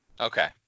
Okay